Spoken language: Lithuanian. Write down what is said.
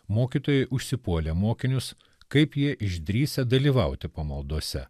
mokytojai užsipuolė mokinius kaip jie išdrįsę dalyvauti pamaldose